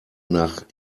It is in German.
nach